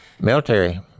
military